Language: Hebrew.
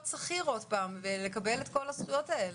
שכיר עוד פעם ולקבל את כל הזכויות האלה?